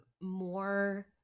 more